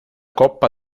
coppa